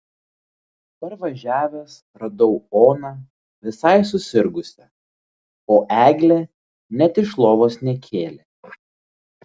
parvažiavęs radau oną visai susirgusią o eglė net iš lovos nekėlė